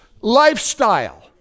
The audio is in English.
lifestyle